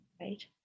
Right